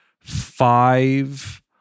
five